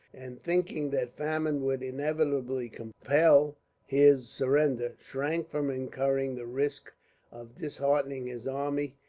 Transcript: and thinking that famine would inevitably compel his surrender, shrank from incurring the risk of disheartening his army,